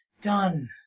done